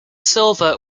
silver